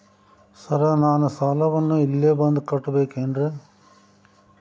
Sir ನಾನು ಸಾಲವನ್ನು ಇಲ್ಲೇ ಬಂದು ಕಟ್ಟಬೇಕೇನ್ರಿ?